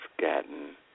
gotten